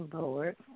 Lord